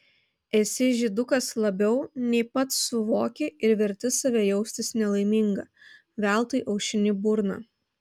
esi žydukas labiau nei pats suvoki ir verti save jaustis nelaimingą veltui aušini burną